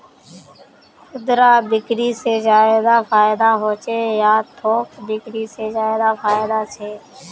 खुदरा बिक्री से ज्यादा फायदा होचे या थोक बिक्री से ज्यादा फायदा छे?